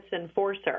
enforcer